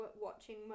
watching